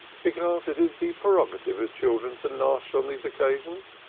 because it is the prerogative of children to nash on these occasions.